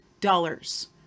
dollars